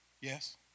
Yes